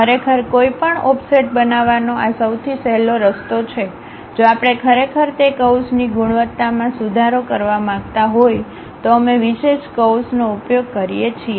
ખરેખર કોઈ પણ ઓફસેટ બનાવવાનો આ સૌથી સહેલો રસ્તો છે જો આપણે ખરેખર તે કર્વ્સની ગુણવત્તામાં સુધારો કરવા માંગતા હોય તો અમે વિશેષ કર્વ્સનો ઉપયોગ કરીએ છીએ